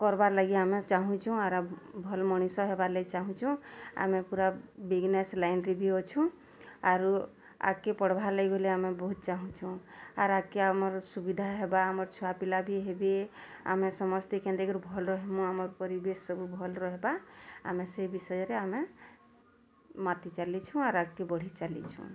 କର୍ବାର୍ ଲାଗି ଆମେ ଚାହୁଁଚୁ ଆର୍ ଭଲ୍ ମଣିଷ ହେବାର୍ ଲାଗି ଚାହୁଁଚୁ ଆମେ ପୁରା ବିଜନେସ୍ ଲାଇନ୍ରେ ବି ଅଛୁଁ ଆରୁ ଆଗ୍କେ ପଢ଼ବାର୍ ଲାଗି ବୋଲି ଆମେ ବୋହୁତ୍ ଚାହୁଁଚୁ ଆର୍ ଆଗ୍କେ ଆମର୍ ସୁବିଧା ହେବା ଆମର୍ ଛୁଆପିଲା ବି ହେବେ ଆମେ ସମସ୍ତେ କେନ୍ତିକିରି ଭଲ ହେମୁଁ ଆମର୍ ପରିବେଶ୍ ସବୁ ଭଲ୍ ରହିବା ଆମେ ସେ ବିଷୟରେ ଆମେ ମାପି ଚାଲିଛୁଁ ଆର୍ ଆଗ୍କେ ବଢ଼ିଚାଲିଛୁଁ